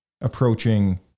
approaching